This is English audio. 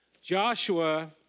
Joshua